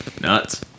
Nuts